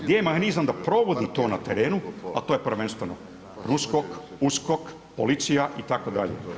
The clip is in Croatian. Gdje je mehanizam da provodi to na terenu, a to je prvenstveno USKOK, policija itd.